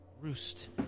roost